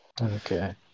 Okay